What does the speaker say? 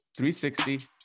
360